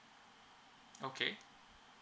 okay